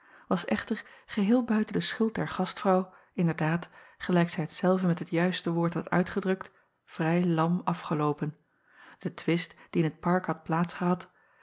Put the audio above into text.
was echter geheel buiten de schuld der gastvrouw inderdaad gelijk zij het zelve met het juiste woord had uitgedrukt vrij lam afgeloopen e twist die in het park had